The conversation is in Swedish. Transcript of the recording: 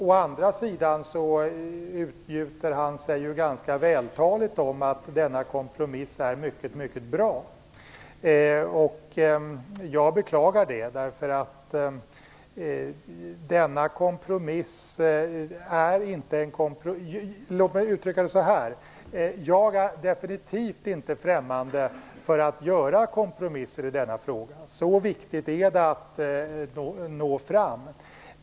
Å andra sidan utgjuter han sig ganska vältaligt om att denna kompromiss är mycket bra. Jag beklagar det. Jag är definitivt inte främmande för kompromisser i denna fråga. Så viktigt är det att nå fram.